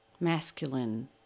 masculine